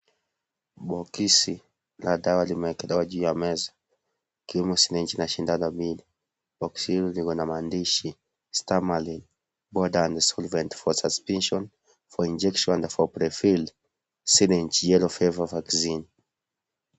Bokisi la dawa limewekelewa juu ya meza ikiwemo sirengi na sindano mbili bakisi hiyo ina maangishi Stamaril for prevention na for prefied yellow fever vaccine .